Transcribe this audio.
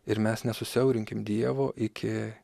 ir mes nesusiaurinkim dievo iki